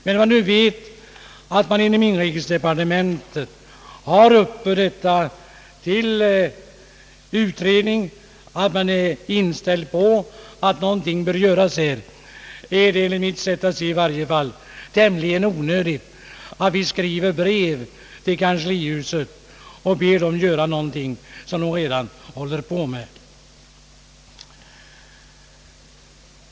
Men då man inom inrikesdepartementet har detta under utredning är det enligt mitt sätt att se tämligen onödigt att vi skriver brev till kanslihuset om någonting som man där redan håller på med.